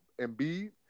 Embiid